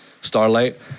Starlight